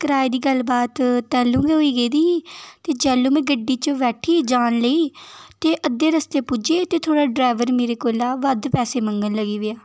कराए दी गल्ल बात तैलूं गै होई गेदी ही ते जैलूं में गड्डी च बैठी जान सगी पेई ते अद्धे रस्ते पुज्जे ते थुआढ़ा डरैबर मेरे कोला बद्ध पैसे मंगन लगी पेआ